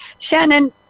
Shannon